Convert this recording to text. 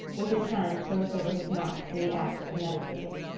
with his hand closed over his mouth in the act of meditating.